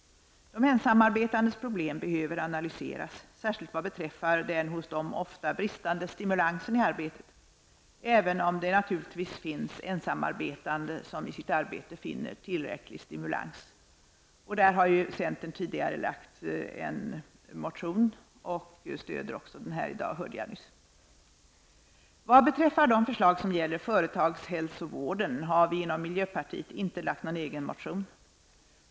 De ensamarbetandes problem behöver analyseras, särskilt vad beträffar den hos dem ofta bristande stimulansen i arbetet -- även om det naturligtvis finns ensamarbetande som i sitt arbete finner tillräcklig stimulans. Centern har tidigare väckt en motion om detta, och jag hörde nyss att man i centern stöder den också i dag. Vad beträffar de förslag som gäller företagshälsovården har vi inom miljöpartiet inte lagt fram någon egen motion.